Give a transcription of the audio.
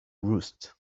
roost